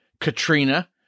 Katrina—